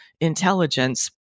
intelligence